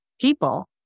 people